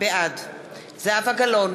בעד זהבה גלאון,